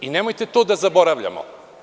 Nemojte to da zaboravljamo.